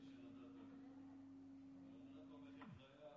כנסת נכבדה,